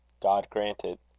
god grant it.